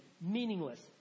meaningless